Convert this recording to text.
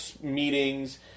meetings